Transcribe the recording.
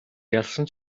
ялсан